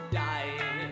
die